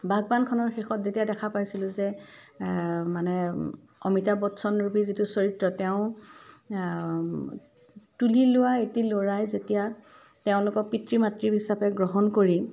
বাগবানখনৰ শেষত যেতিয়া দেখা পাইছিলোঁ যে মানে অমিতাভ বচ্চনৰূপী যিটো চৰিত্ৰ তেওঁ তুলি লোৱা এটি ল'ৰাই যেতিয়া তেওঁলোককক পিতৃ মাতৃ হিচাপে গ্ৰহণ কৰি